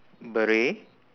beret